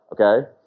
okay